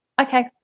Okay